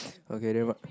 okay then what